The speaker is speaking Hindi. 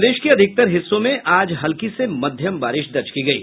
प्रदेश के अधिकतर हिस्सों में आज हल्की से मध्यम बारिश दर्ज की गयी